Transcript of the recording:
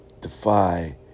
Defy